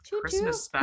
Christmas